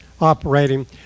operating